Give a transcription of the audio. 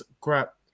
crap